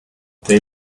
they